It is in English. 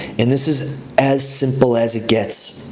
and this is as simple as it gets.